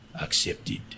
accepted